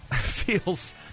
feels